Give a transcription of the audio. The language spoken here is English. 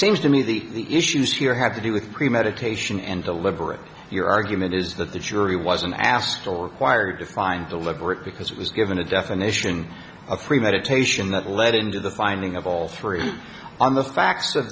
seems to me the issues here have to do with premeditation and deliberate your argument is that the jury was an astral required to find deliberate because it was given a definition of premeditation that led into the finding of all three on the fact